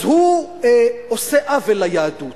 אז הוא עושה עוול ליהדות.